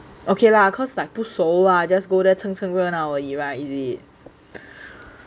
okay lah cause like 不熟 lah just go there 凑凑热闹而已 [right] is it